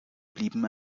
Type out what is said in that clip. blieben